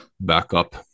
backup